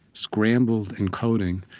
scrambled encoding,